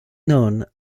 known